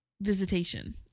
visitation